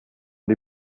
die